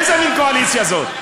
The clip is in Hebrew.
איזה מין קואליציה זאת?